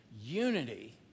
Unity